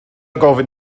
gofyn